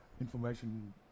information